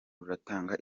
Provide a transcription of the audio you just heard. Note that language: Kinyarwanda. rutanga